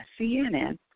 CNN